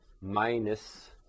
minus